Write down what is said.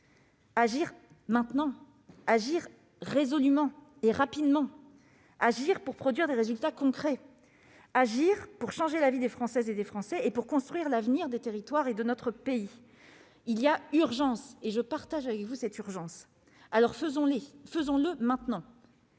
agir maintenant, agir résolument et rapidement, agir pour produire des résultats concrets, agir pour changer la vie des Françaises et des Français et pour construire l'avenir des territoires de notre pays. Je suis d'accord avec vous pour dire qu'il y a urgence. Faisons-le maintenant